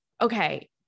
Okay